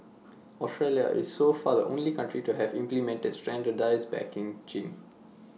Australia is so far the only country to have implemented standardised packaging